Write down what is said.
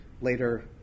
later